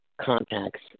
contacts